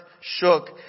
shook